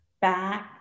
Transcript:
back